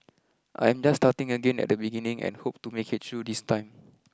I am just starting again at the beginning and hope to make it through this time